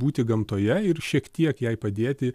būti gamtoje ir šiek tiek jai padėti